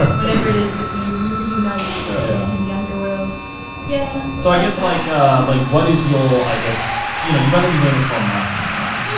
whenever it is that we we reunite yeah and in the underworld yeah so i guess like ah like what is your. i guess, you know you've only been doing this for a month now, right?